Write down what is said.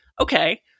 okay